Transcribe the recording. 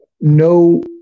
No